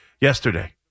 yesterday